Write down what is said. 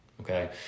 Okay